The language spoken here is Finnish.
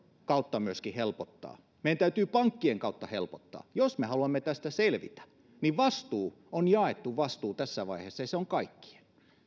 kautta myöskin helpottaa meidän täytyy pankkien kautta helpottaa jos me haluamme tästä selvitä niin vastuu on jaettu vastuu tässä vaiheessa ja se on kaikkien